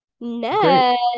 Next